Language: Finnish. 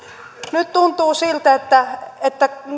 nyt tuntuu siltä että että